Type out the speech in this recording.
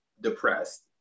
depressed